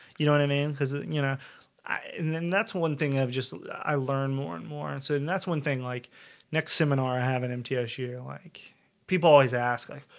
you know what and i mean? because you know i and then that's one thing i've just i learned more and more and so and that's one thing like next seminar i have an mts year, like people always ask like,